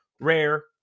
rare